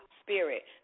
spirit